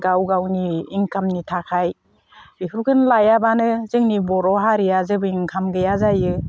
गाव गावनि इनकामनि थाखाय बेफोरखौ लायाबानो जोंनि बर' हारिया जेबो इनकाम गैया जायो